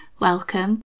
welcome